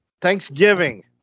Thanksgiving